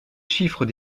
chiffres